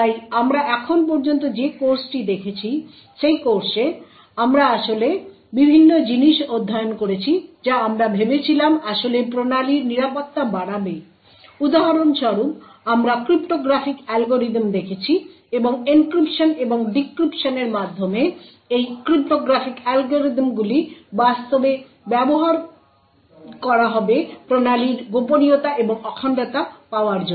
তাই আমরা এখন পর্যন্ত যে কোর্সটি দেখেছি সেই কোর্সে আমরা আসলে বিভিন্ন জিনিস অধ্যয়ন করেছি যা আমরা ভেবেছিলাম আসলে প্রণালীর নিরাপত্তা বাড়াবে উদাহরণস্বরূপ আমরা ক্রিপ্টোগ্রাফিক অ্যালগরিদম দেখেছি এবং এনক্রিপশন এবং ডিক্রিপশনের মাধ্যমে এই ক্রিপ্টোগ্রাফিক অ্যালগরিদমগুলি বাস্তবে ব্যবহার করা হবে প্রণালীর গোপনীয়তা এবং অখণ্ডতা পাওয়ার জন্য